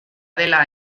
dela